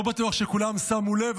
לא בטוח שכולם שמו לב,